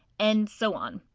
and so on.